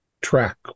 track